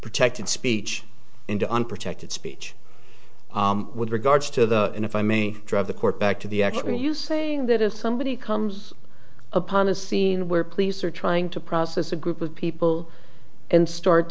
protected speech into unprotected speech with regards to the and if i may drive the court back to the extreme you saying that if somebody comes upon a scene where police are trying to process a group of people and start